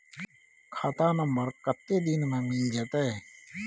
खाता नंबर कत्ते दिन मे मिल जेतै?